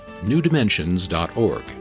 newdimensions.org